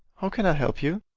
how can i help you?